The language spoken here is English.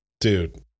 Dude